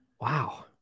Wow